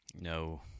No